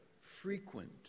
frequent